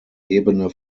ebene